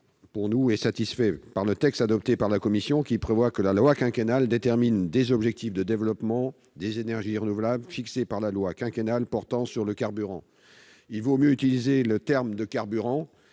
amendement est satisfait par le texte adopté par la commission, qui prévoit que la loi quinquennale détermine des objectifs de développement des énergies renouvelables fixés par la loi quinquennale portant sur le carburant. Il vaut mieux utiliser le terme « carburant